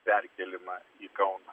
perkėlimą į kauną